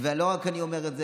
ולא רק אני אומר את זה,